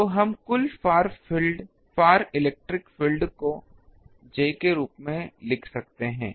तो हम कुल फार इलेक्ट्रिक फील्ड को j के रूप में लिख सकते हैं